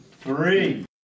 three